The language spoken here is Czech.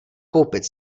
koupit